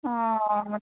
ಹಾಂ ಮತ್ತು